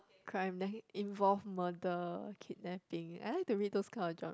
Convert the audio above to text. crime that involve murder kidnapping that thing I like to read those kind of gen~